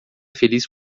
feliz